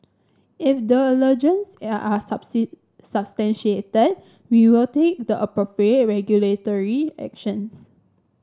if the are are substantiated we will take the appropriate regulatory actions